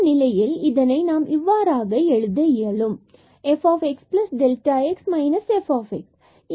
இந்த நிலையில் இதனை நம்மால் இவ்வாறாக எfxx fx எழுதிக் கொள்ள இயலும்